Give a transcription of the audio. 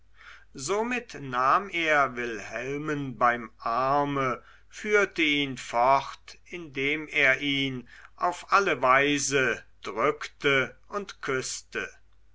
somit nahm er wilhelmen beim arme führte ihn fort indem er ihn auf alle weise drückte und küßte